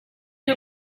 who